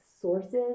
sources